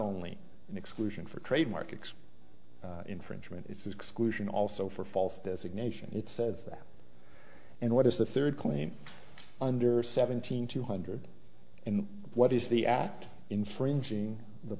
only an exclusion for trademark it's infringement it's exclusion also for false designation it says that and what is the third point under seventeen two hundred in what is the act infringing the